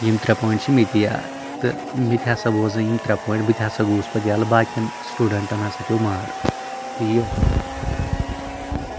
یِم ترے پوٚینٛٹ چھِ مےٚ تہِ یاد تہٕ مےٚ تہِ ہسا بوزنٲو یِم ترے پوٚینٛٹ بہٕ تہِ ہسا گوٚوس پَتہٕ ییٚلہٕ باقین سٹوٗڈنٛٹن ہسا پیوٚو مار تہٕ یہِ